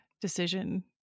decision